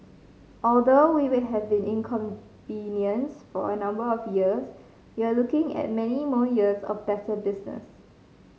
although we would have been inconvenienced for a number of years we are looking at many more years of better business